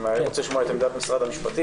אני רוצה לשמוע את עמדת משרד המשפטים.